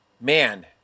Man